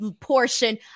portion